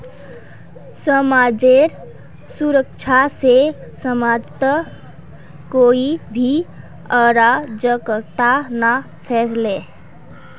समाजेर सुरक्षा से समाजत कोई भी अराजकता ना फैले